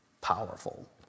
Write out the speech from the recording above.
Powerful